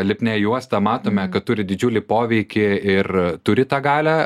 lipnia juosta matome kad turi didžiulį poveikį ir turi tą galią